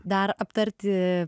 dar aptarti